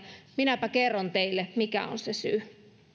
minäpä kerron teille mikä on se se syy